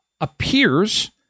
appears